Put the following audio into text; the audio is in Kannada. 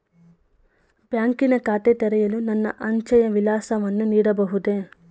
ಬ್ಯಾಂಕಿನ ಖಾತೆ ತೆರೆಯಲು ನನ್ನ ಅಂಚೆಯ ವಿಳಾಸವನ್ನು ನೀಡಬಹುದೇ?